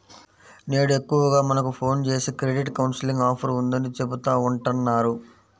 నేడు ఎక్కువగా మనకు ఫోన్ జేసి క్రెడిట్ కౌన్సిలింగ్ ఆఫర్ ఉందని చెబుతా ఉంటన్నారు